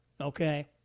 okay